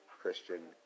Christian